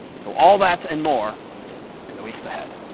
so all that and more in the weeks ahead.